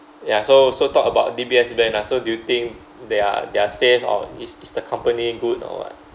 ya so so talk about D_B_S bank lah so do you think they are they are safe or is is the company good or what